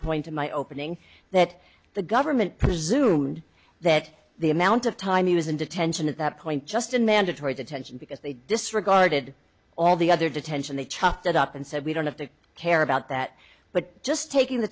point in my opening that the government presumed that the amount of time he was in detention at that point just in mandatory detention because they disregarded all the other detention they chopped it up and said we don't have to care about that but just taking the